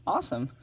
Awesome